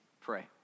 pray